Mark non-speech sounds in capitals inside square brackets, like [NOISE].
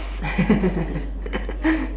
[LAUGHS]